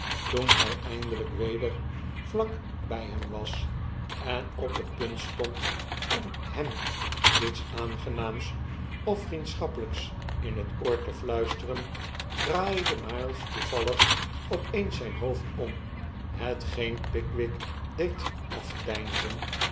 toen hy eindelyk weder vlak by hem was en op het punt stond om hem iets aangenaams of vriendschappelijks in het oor te fluisteren draaide miles toevallig opeens zijn hoofd om hetgeen pickwick deed afdeinzen